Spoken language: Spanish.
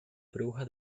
bruja